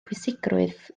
pwysigrwydd